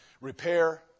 repair